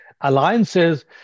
alliances